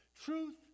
Truth